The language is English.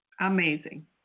Amazing